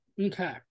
Okay